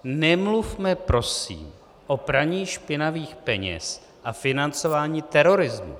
Nemluvme prosím o praní špinavých peněz a financování terorismu.